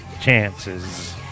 chances